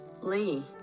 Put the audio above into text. Lee